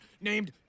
named